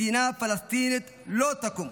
מדינה פלסטינית לא תקום,